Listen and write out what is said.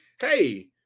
hey